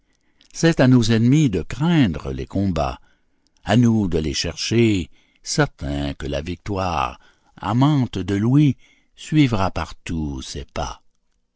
c'est à nos ennemis de craindre les combats à nous de les chercher certains que la victoire amante de louis suivra partout ses pas